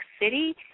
City